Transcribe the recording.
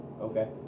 Okay